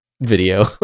video